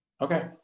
Okay